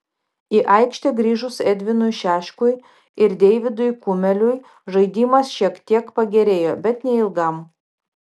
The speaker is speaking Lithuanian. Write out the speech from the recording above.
į aikštę grįžus edvinui šeškui ir deividui kumeliui žaidimas šiek tiek pagerėjo bet neilgam